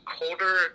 colder